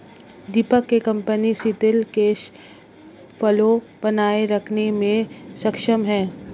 दीपक के कंपनी सिथिर cash flow बनाए रखने मे सक्षम है